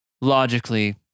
Logically